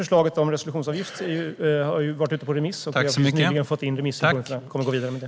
Förslaget om resolutionsavgift har varit ute på remiss. Vi har nyligen fått in remissynpunkterna och kommer att gå vidare med det.